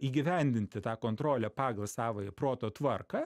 įgyvendinti tą kontrolę pagal savąją proto tvarką